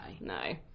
No